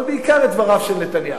אבל בעיקר את דבריו של נתניהו.